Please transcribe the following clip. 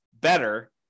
better